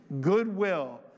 goodwill